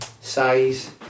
size